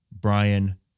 Brian